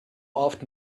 often